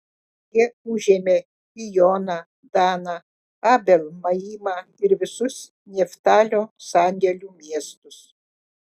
jie užėmė ijoną daną abel maimą ir visus neftalio sandėlių miestus